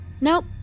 Nope